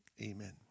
Amen